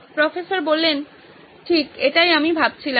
professor ঠিক এটাই আমি ভাবছিলাম